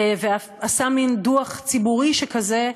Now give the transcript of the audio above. ועשה מין דוח ציבורי שכזה,